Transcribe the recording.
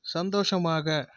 சந்தோஷமாக